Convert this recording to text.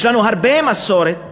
יש לנו הרבה מסורת שמלמדת,